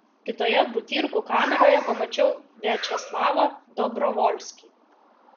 kitoje butyrkų kameroje pamačiau viačeslavą dobrovolskį